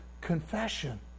confession